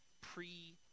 pre